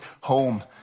home